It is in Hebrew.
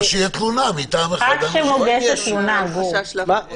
או כשיש תלונה מטעם אחד האנשים.